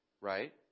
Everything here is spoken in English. right